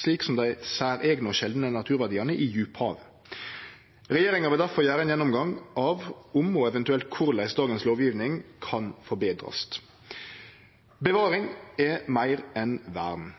slik som dei særeigne og sjeldne naturverdiane i djuphavet. Regjeringa vil difor gjere ei gjennomgang av om – og eventuelt korleis – dagens lovgjeving kan forbetrast. Bevaring er meir enn vern.